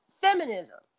feminism